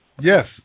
Yes